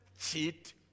cheat